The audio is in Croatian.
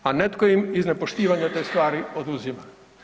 A netko im iz nepoštivanja te stvari oduzima.